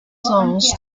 songs